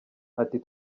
ati